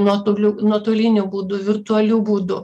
nuotoliu nuotoliniu būdu virtualiu būdu